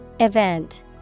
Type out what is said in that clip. Event